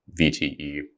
VTE